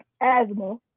asthma